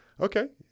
Okay